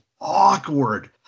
awkward